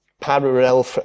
Parallel